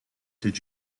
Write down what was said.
did